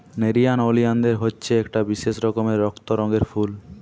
nerium oleander হচ্ছে একটা বিশেষ রকমের রক্ত রঙের ফুল